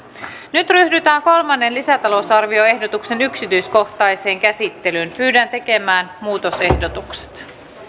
nyt ryhdytään kolmannen lisätalousarvioehdotuksen yksityiskohtaiseen käsittelyyn pyydän tekemään muutosehdotukset